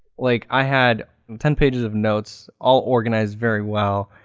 like i had ten pages of notes. all organized very well.